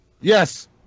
Yes